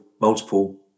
multiple